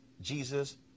Jesus